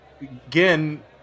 again